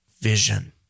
vision